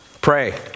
pray